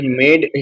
made